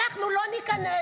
אנחנו לא ניכנס,